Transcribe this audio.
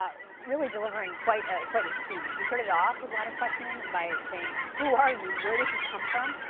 ah really delivering quite ah quite a speech. he started off his line of questioning by saying who are you, where did you come from?